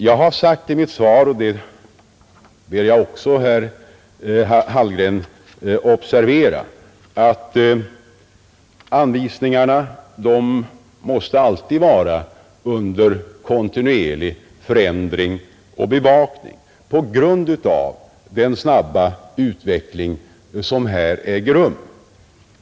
Jag har sagt i mitt svar — och det ber jag herr Hallgren observera — att anvisningarna alltid måste vara under kontinuerlig förändring och bevakning på grund av den snabba utveckling som äger rum.